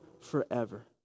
forever